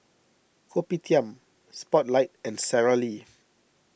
Kopitiam Spotlight and Sara Lee